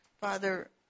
Father